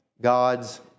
God's